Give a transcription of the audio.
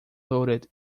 loaded